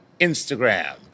Instagram